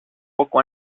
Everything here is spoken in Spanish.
poco